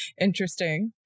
Interesting